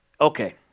Okay